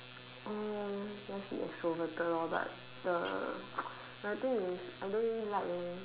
uh let's be extroverted lah but the but the thing is I don't really like eh